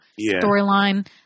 storyline